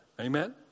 Amen